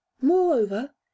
Moreover